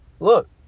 Look